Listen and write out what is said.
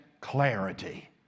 clarity